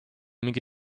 mingi